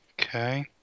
Okay